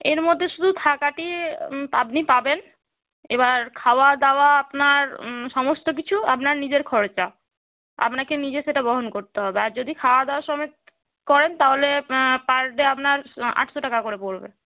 এর মধ্যে শুধু থাকাটি আপনি পাবেন এবার খাওয়া দাওয়া আপনার সমস্ত কিছু আপনার নিজের খরচা আপনাকে নিজে সেটা বহন করতে হবে আর যদি খাওয়া দাওয়া সমেত করেন তাহলে পার ডে আপনার আটশো টাকা করে পড়বে